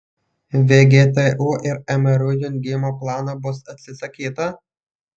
vgtu ir mru jungimo plano bus atsisakyta